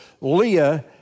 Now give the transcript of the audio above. Leah